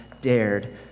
dared